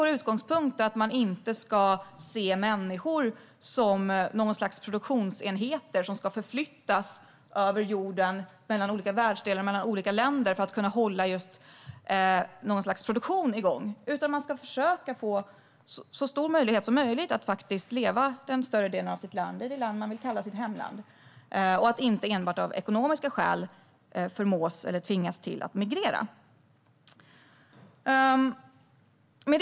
Vår utgångspunkt är att man inte ska se människor som något slags produktionsenheter som ska förflyttas över jorden mellan olika länder och världsdelar för att kunna hålla något slags produktion igång. I stället ska man få så stor möjlighet som det går att leva större delen av sitt liv i det land man vill kalla sitt hemland. Man ska inte förmås eller tvingas till att migrera enbart av ekonomiska skäl.